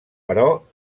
però